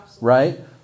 right